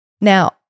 Now